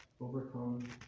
overcome